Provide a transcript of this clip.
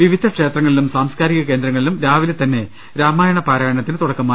വിവിധ ക്ഷേത്രങ്ങളിലും സാംസ്കാരിക കേന്ദ്രങ്ങളിലും രാവിലെ തന്നെ രാമായണ പാരായണത്തിന് തുടക്കമായി